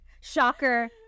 Shocker